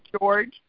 George